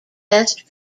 best